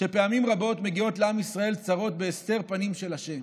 שפעמים רבות מגיעות לעם ישראל צרות בהסתר פנים של ה',